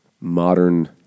modern